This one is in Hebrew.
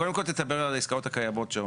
קודם כל תדבר על העסקאות הקיימות.